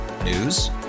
News